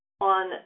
on